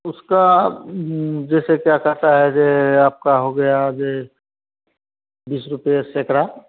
उसका जैसे क्या कहता है जे आपका हो गया जे बीस रुपए सैकड़ा